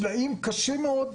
תנאים קשים מאוד,